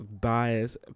bias